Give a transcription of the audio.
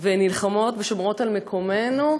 ונלחמות ושומרות על מקומנו,